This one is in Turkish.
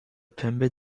pembe